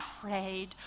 prayed